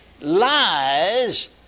lies